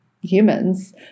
humans